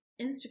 Instagram